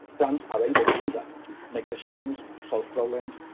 plants are able to do that, to make decisions, solve problems,